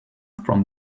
from